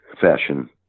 fashion